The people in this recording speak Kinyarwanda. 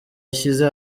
ashyize